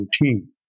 routine